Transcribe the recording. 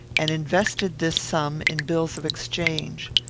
and invested this sum in bills of exchange.